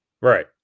right